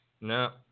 No